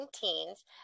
teens